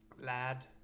Lad